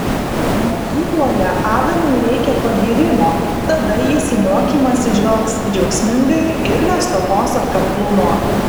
mokykloje avinui reikia pagyrimo tada jis į mokymąsi žvelgs džiaugsmingai ir nestokos atkaklumo